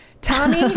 Tommy